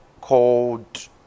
called